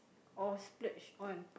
or splurge on